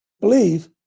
Believe